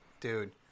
Dude